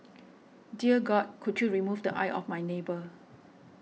dear God could you remove the eye of my neighbour